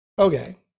Okay